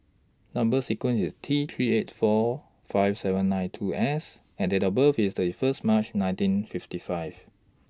Number sequence IS T three eight four five seven nine two S and Date of birth IS thirty First March nineteen fifty five